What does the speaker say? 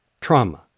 trauma